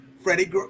Freddie